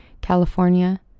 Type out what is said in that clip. California